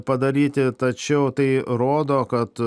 padaryti tačiau tai rodo kad